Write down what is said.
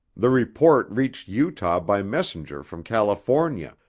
the report reached utah by messenger from california,